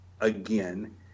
again